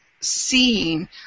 seeing